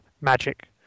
Magic